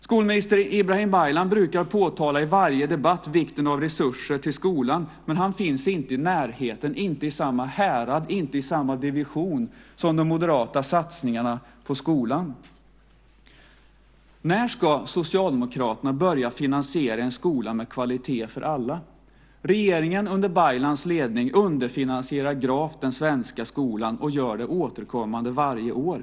Skolminister Ibrahim Baylan brukar i varje debatt påtala vikten av resurser till skolan, men han finns inte i närheten, inte i samma härad, inte i samma division som de moderata satsningarna på skolan. När ska Socialdemokraterna börja finansiera en skola med kvalitet för alla? Regeringen under Baylans ledning underfinansierar gravt den svenska skolan och gör det återkommande varje år.